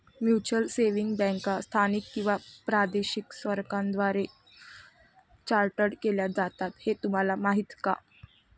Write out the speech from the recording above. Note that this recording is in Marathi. म्युच्युअल सेव्हिंग्ज बँका स्थानिक किंवा प्रादेशिक सरकारांद्वारे चार्टर्ड केल्या जातात हे तुम्हाला माहीत का?